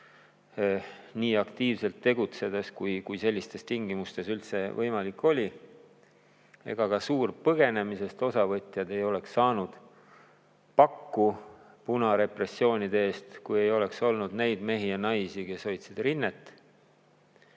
nii aktiivselt tegutseda, kui sellistes tingimustes üldse võimalik oli, ega ka suurpõgenemisest osavõtjad ei oleks saanud pakku punarepressioonide eest, kui ei oleks olnud neid mehi ja naisi, kes hoidsid rinnet